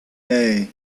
day